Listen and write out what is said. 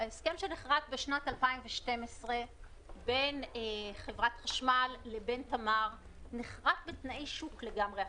שנכרת בשנת 2012 בין חברת החשמל לבין תמר נכרת בתנאי שוק אחרים לגמרי.